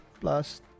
Plus